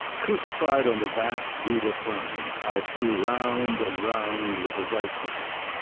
crucified on the vast wheel of time i flew round and round with a zeitgeist,